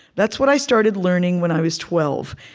that's what i started learning when i was twelve,